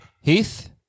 Heath